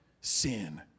sin